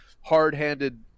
hard-handed